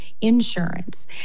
insurance